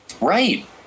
Right